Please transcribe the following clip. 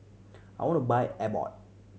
I want to buy Abbott